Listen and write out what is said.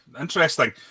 Interesting